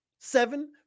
Seven